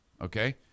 Okay